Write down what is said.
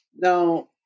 now